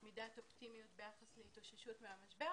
מידת אופטימיות ביחס להתאוששות מהמשבר